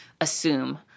assume